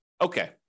okay